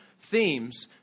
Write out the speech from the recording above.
themes